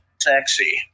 Sexy